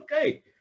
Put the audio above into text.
okay